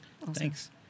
Thanks